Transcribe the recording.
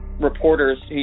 reporters